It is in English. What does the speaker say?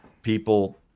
people